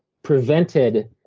prevented